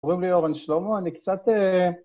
‫קוראים לי אורן שלמה, אני קצת...